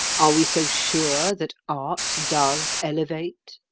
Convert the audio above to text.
are we so sure that art does elevate?